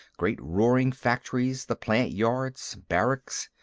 great roaring factories, the plant-yards, barracks.